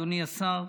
אדוני השר,